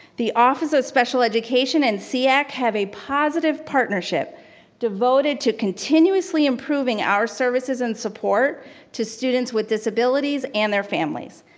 the office of special education and seac have a positive partnership devoted to continuously improving our services and support to students with disabilities and their families.